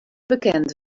bekend